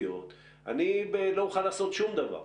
אני לא אוכל לעשות שום דבר.